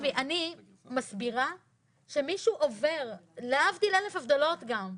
אני מסבירה שמישהו עובר, להבדיל אלף הבדלות גם,